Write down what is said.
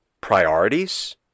priorities